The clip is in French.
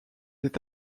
est